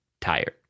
tired